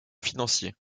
financiers